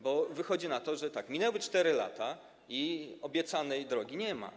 Bo wychodzi na to, że minęły 4 lata i obiecanej drogi nie ma.